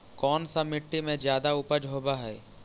कोन सा मिट्टी मे ज्यादा उपज होबहय?